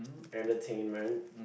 entertainment